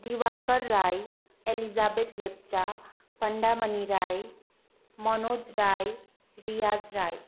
Diwakar Rai Elizabeth Lepcha Pandamani Rai Manoj Rai Riyaz Rai